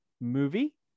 movie